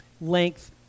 length